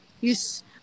Yes